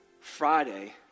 Friday